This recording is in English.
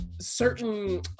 certain